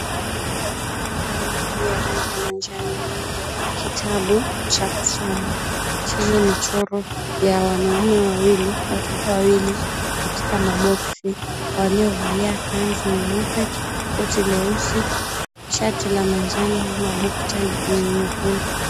Kalamu ya rangi ya manjano, kitabu cha kusoma chenye michoro ya wanaume wawili watoto wawili katika maboksi waliovalia kanzu nyeupe, koti leusi, shati la manjano na bukta la nyekundu.